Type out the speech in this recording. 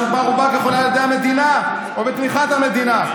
שהוקמה רובה ככולה על ידי המדינה או בתמיכת המדינה.